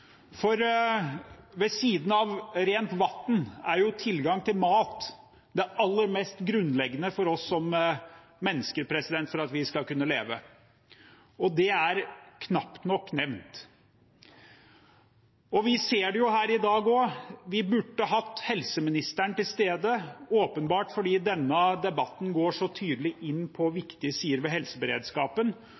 for ved siden av rent vann er jo tilgang til mat det aller mest grunnleggende for oss mennesker, for at vi skal kunne leve. Det er knapt nok nevnt. Vi ser det her i dag også. Vi burde hatt helseministeren til stede, åpenbart, fordi denne debatten går så tydelig inn på viktige sider ved helseberedskapen,